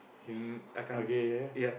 okay mm okay